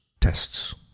tests